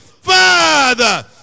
Father